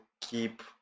keep